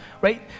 right